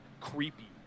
creepy